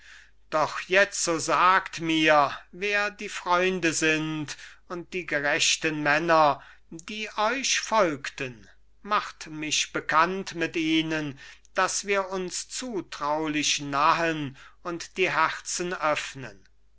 doch jetzo sagt mir wer die freunde sind und die gerechten männer die euch folgten macht mich bekannt mit ihnen dass wir uns zutraulich nahen und die herzen öffnen